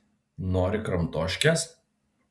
nori kramtoškės